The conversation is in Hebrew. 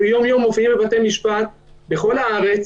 אנחנו יום יום מופיעים בבתי משפט בכל הארץ,